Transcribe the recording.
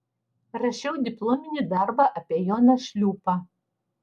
rašiau diplominį darbą apie joną šliūpą